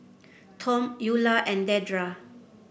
Tom Eulah and Dedra